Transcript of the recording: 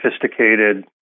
sophisticated